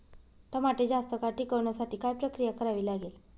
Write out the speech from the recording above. टमाटे जास्त काळ टिकवण्यासाठी काय प्रक्रिया करावी लागेल?